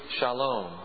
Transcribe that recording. shalom